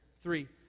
Three